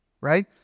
right